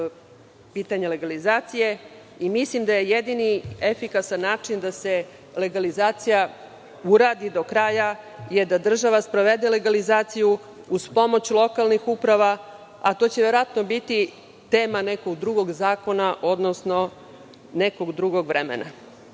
pitanje legalizacije i mislim da je jedini efikasan način da se legalizacija uradi do kraja da država sprovede legalizaciju uz pomoć lokalnih uprava, a to će verovatno biti tema nekog drugog zakona, odnosno nekog drugog vremena.